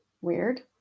Weird